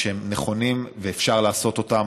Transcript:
כשהם נכונים ואפשר לעשות אותם,